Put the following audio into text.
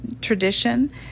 tradition